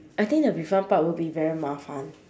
I think the refund part will be very 麻烦